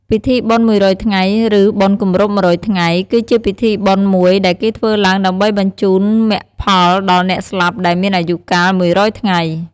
ពិធីបុណ្យមួយរយថ្ងៃ ឬ បុណ្យគម្រប់ ១០០ថ្ងៃ គឺជាពិធីបុណ្យមួយដែលគេធ្វើឡើងដើម្បីបញ្ជូនមគ្គផលដល់អ្នកស្លាប់ដែលមានអាយុកាលមួយរយថ្ងៃ។